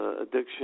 Addiction